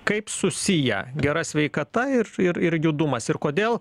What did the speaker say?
kaip susiję gera sveikata ir ir ir judumas ir kodėl